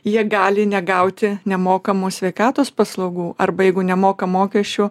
jie gali negauti nemokamų sveikatos paslaugų arba jeigu nemoka mokesčių